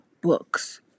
Books